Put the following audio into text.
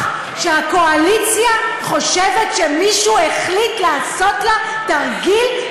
שהקואליציה חושבת שמישהו החליט לעשות לה תרגיל?